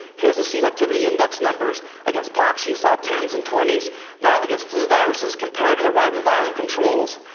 here's the selectivity index numbers against pox, you saw ten s and twenty s now against flu viruses, compared to the ribavirin controls,